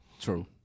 True